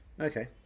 Okay